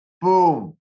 boom